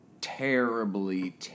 terribly